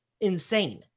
insane